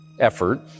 effort